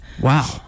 Wow